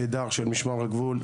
קידר של משמר הגבול,